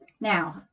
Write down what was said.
Now